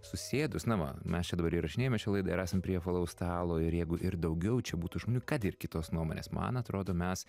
susėdus na va mes čia dabar įrašinėjame šią laidą ir esam prie apvalaus stalo ir jeigu ir daugiau čia būtų žmonių kad ir kitos nuomonės man atrodo mes